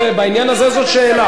אני חושב שזה בעניין הזה זאת שאלה,